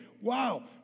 Wow